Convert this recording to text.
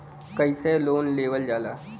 कैसे लोन लेवल जाला?